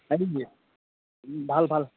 ভাল ভাল